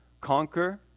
conquer